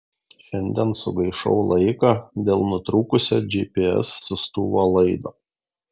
šiandien sugaišau laiką dėl nutrūkusio gps siųstuvo laido